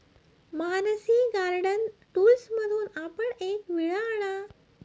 Mansi garden टूल्समधून आपण एक विळा आणा